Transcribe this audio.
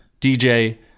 DJ